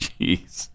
jeez